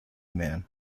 man